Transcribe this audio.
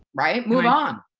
right? move on.